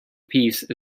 peace